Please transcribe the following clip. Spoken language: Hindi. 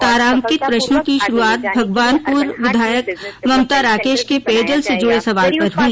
तारांकित प्रश्नों की शुरुआत भगवानपुर विधायक ममता राकेश के पेयजल से जुड़े सवाल से हुई